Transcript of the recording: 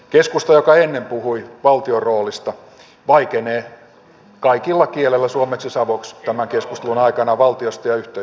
keskusta joka ennen puhui valtion roolista vaikenee kaikilla kielillä suomeksi savoksi tämän keskustelun aikana valtiosta ja yhteiskunnasta